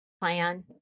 plan